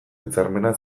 hitzarmena